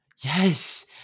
yes